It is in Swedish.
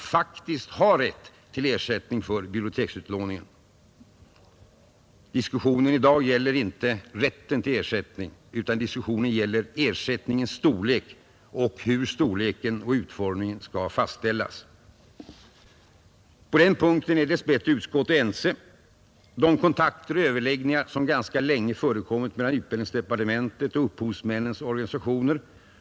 Det tror jag behöver påpekas ytterligare många gånger.